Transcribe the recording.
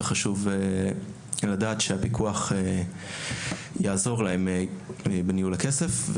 וחשוב לדעת שהפיקוח יעזור להם בניהול הכסף,